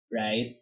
Right